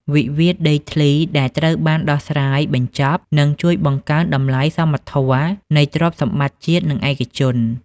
វិវាទដីធ្លីដែលត្រូវបានដោះស្រាយបញ្ចប់ នឹងជួយបង្កើនតម្លៃសមធម៌នៃទ្រព្យសម្បត្តិជាតិ និងឯកជន។